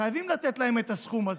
חייבים לתת להם את הסכום הזה.